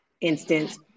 instance